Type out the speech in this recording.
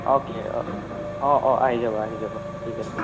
okay অঁ অঁ অঁ আহি যাবা আহি যাবা ঠিক আছে